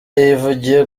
yivugiye